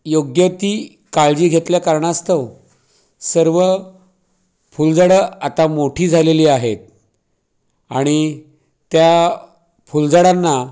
योग्य ती काळजी घेतल्या कारणास्तव सर्व फुलझाडं आता मोठी झालेली आहेत आणि त्या फुलझाडांना